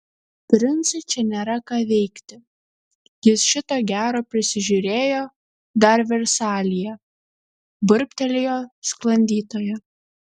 princui čia nėra ką veikti jis šito gero prisižiūrėjo dar versalyje burbtelėjo sklandytoja